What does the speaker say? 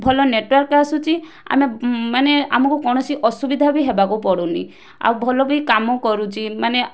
ଭଲ ନେଟୱାର୍କ୍ ଆସୁଛି ଆମେ ମାନେ ଆମକୁ କୌଣସି ଅସୁବିଧା ବି ହେବାକୁ ପଡ଼ୁନି ଆଉ ଭଲ ବି କାମ କରୁଛି ମାନେ